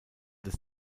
des